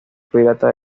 pirata